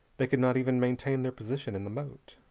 they could not even maintain their position in the moat